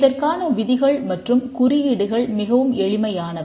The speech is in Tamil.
இதற்கான விதிகள் மற்றும் குறியீடுகள் மிகவும் எளிமையானவை